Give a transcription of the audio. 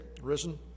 risen